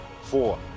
Four